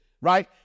right